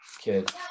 kid